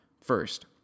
First